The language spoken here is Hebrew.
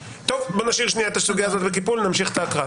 נשאיר את הסוגייה הזאת בקיפול ונמשיך את ההקראה.